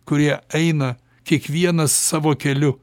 kurie eina kiekvienas savo keliu